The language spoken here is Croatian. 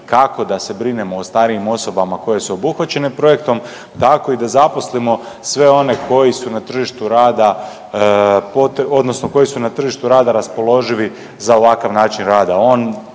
kako da se brinemo o starijim osobama koje su obuhvaćene projektom, tako i da zaposlimo sve one koji su na tržištu rada odnosno koji su na tržištu rada